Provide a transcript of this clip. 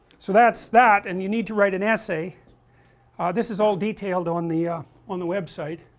so that's that and you need to write an essay this is all detailed on the ah on the website